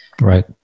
Right